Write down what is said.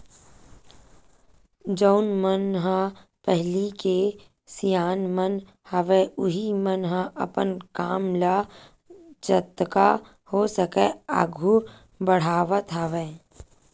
जउन मन ह पहिली के सियान मन हवय उहीं मन ह अपन काम ल जतका हो सकय आघू बड़हावत हवय